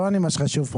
לא אני מה שחשוב פה,